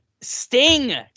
Sting